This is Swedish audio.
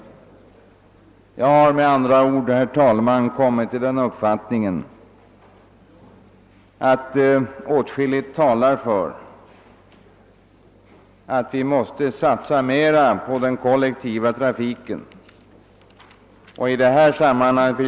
Jag har med andra ord kommit till den uppfattningen att åtskilligt talar för att vi måste satsa mer på den kollektiva trafiken.